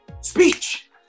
speech